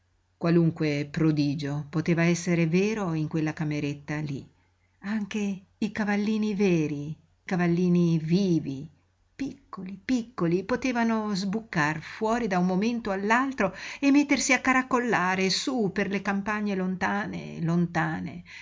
qualunque prodigio poteva esser vero in quella cameretta lí anche i cavallini veri cavallini vivi piccoli piccoli potevano sbucar fuori da un momento all'altro e mettersi a caracollare sú per le campagne lontane lontane